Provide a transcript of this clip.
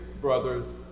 brothers